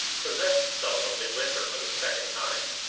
possessed itself of midwinter for the second time.